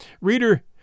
Reader